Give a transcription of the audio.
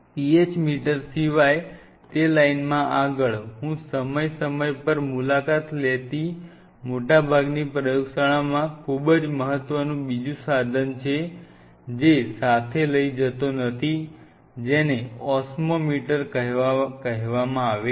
PH metre સિવાય તે લાઇનમાં આગળ હું સમય સમય પર મુલાકાત લેતી મોટાભાગની પ્રયોગશાળાઓમાં ખૂબ મહત્વનું બીજું સાધન છે જે સાથે લઇ જતો નથી જેને ઓસ્મોમીટર કહેવાય છે